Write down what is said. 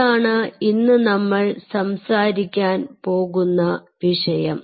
അതാണ് ഇന്ന് നമ്മൾ സംസാരിക്കാൻ പോകുന്ന വിഷയം